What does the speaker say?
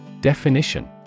Definition